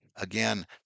Again